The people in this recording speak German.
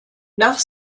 nach